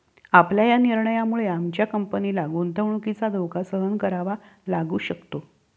आपल्या या निर्णयामुळे आमच्या कंपनीला गुंतवणुकीचा धोका सहन करावा लागू शकतो